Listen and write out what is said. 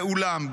ואולם,